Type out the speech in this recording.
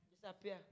disappear